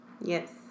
Yes